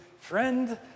friend